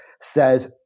says